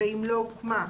ואם לא הוקמה,